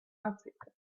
africa